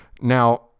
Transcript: Now